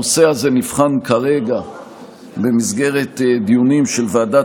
הנושא הזה נבחן כרגע במסגרת דיונים של ועדה